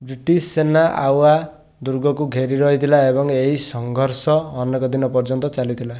British ସେନା ଆଉୱା ଦୁର୍ଗକୁ ଘେରି ରହିଥିଲା ଏବଂ ଏହି ସଂଘର୍ଷ ଅନେକ ଦିନ ପର୍ଯ୍ୟନ୍ତ ଚାଲିଥିଲା